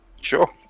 Sure